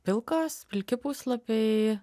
pilkos pilki puslapiai